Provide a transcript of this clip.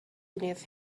beneath